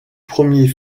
premier